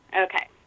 Okay